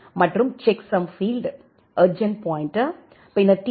மற்றும் checksum field urgent pointer பின்னர் D